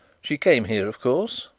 she came here, of course?